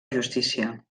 justícia